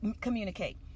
communicate